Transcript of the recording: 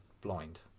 blind